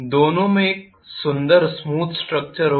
दोनों में एक सुंदर स्मूद स्ट्रक्चर होगा